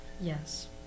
Yes